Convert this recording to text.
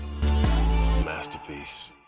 Masterpiece